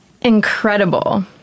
incredible